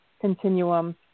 continuum